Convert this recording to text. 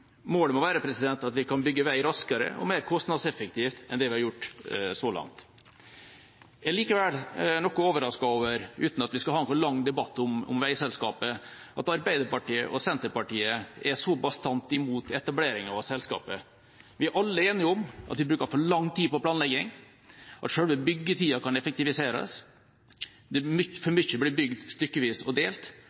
Målet må være at vi kan bygge vei raskere og mer kostnadseffektivt enn det vi har gjort så langt. Jeg er likevel noe overrasket over – uten at vi skal ha noen lang debatt om veiselskapet – at Arbeiderpartiet og Senterpartiet er så bastant imot etablering av dette selskapet. Vi er alle enige om at vi bruker for lang tid på planlegging, at selve byggetida kan effektiviseres, for mye blir bygd stykkevis og delt,